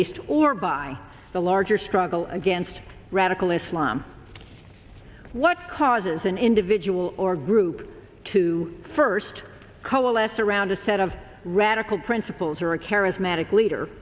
east or by the larger struggle against radical islam what causes an individual or group to first coalesce around a set of radical principles or a charismatic leader